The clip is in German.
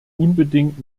unbedingt